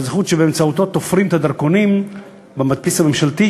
אבל זה חוט שבאמצעותו תופרים את הדרכונים במדפיס הממשלתי,